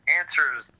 answers